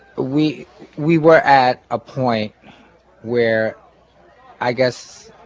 we we were at a point where i guess